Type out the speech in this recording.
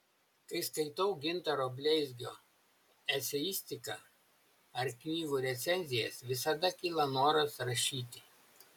kai skaitau gintaro bleizgio eseistiką ar knygų recenzijas visada kyla noras rašyti